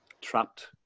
trapped